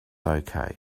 okay